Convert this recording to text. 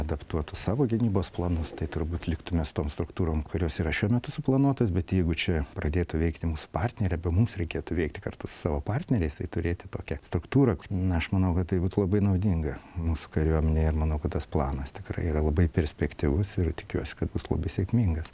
adaptuotus savo gynybos planus tai turbūt liktų mes tom struktūrom kurios yra šiuo metu suplanuotos bet jeigu čia pradėtų veikti mūsų partnerė bei mums reikėtų veikti kartu su savo partneriais tai turėti tokią struktūrą na aš manau kad tai būtų labai naudinga mūsų kariuomenei ir manau kad tas planas tikrai yra labai perspektyvus ir tikiuosi kad bus labai sėkmingas